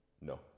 No